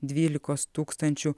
dvylikos tūkstančių